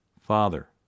Father